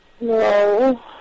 No